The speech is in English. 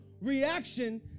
reaction